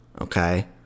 okay